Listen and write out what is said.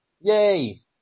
Yay